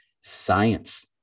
science